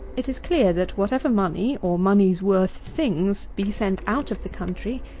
it is clear, that whatever money, or money's worth things, be sent out of the country,